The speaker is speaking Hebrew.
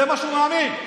בזה הוא מאמין,